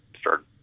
start